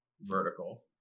vertical